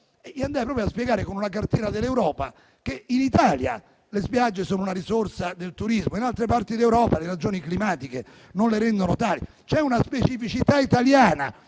gli andai a spiegare, con una cartina dell'Europa, che in Italia le spiagge sono una risorsa del turismo, mentre in altre parti d'Europa ragioni climatiche non le rendono tali. C'è una specificità italiana,